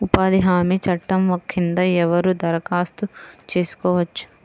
ఉపాధి హామీ చట్టం కింద ఎవరు దరఖాస్తు చేసుకోవచ్చు?